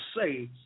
say